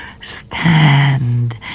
Stand